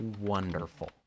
Wonderful